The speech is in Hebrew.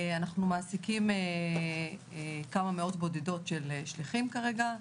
אנחנו מעסיקים כמה מאות שליחים כרגע.